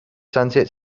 sunset